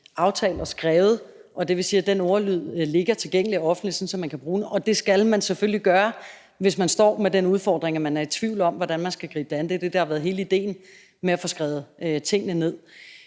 aftalt og skrevet. Det vil sige, at den ordlyd ligger tilgængelig offentligt, sådan at man kan bruge den, og det skal man selvfølgelig gøre, hvis man står med den udfordring, at man er i tvivl om, hvordan man skal gribe det an. Det er det, der er hele idéen med at få skrevet tingene ned.